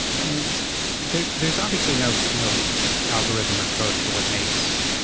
and there's there's obviously no no algorithm or code for what makes,